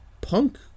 punk